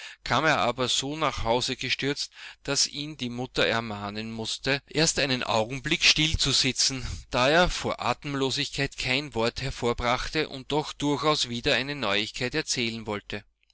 kam er aber so nach hause gestürzt daß ihn die mutter ermahnen mußte erst einen augenblick stillzusitzen da er vor atemlosigkeit kein wort hervorbrachte und doch durchaus wieder eine neuigkeit erzählen wollte